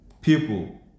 people